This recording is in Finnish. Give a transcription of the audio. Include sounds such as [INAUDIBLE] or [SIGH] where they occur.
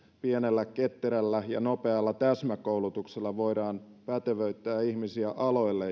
pienellä ketterällä ja nopealla täsmäkoulutuksella voidaan pätevöittää ihmisiä aloille [UNINTELLIGIBLE]